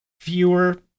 fewer